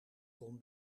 kon